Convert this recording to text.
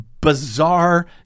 bizarre